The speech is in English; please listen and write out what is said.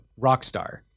Rockstar